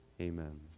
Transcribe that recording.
Amen